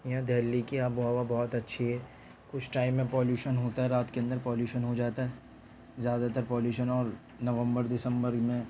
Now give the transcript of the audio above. یہاں دہلی کی آب و ہوا بہت اچھی ہے کچھ ٹائم میں پالیوشن ہوتا ہے رات کے اندر پالیوشن ہو جاتا ہے زیادہ تر پالیوشن اور نومبر دسمبر میں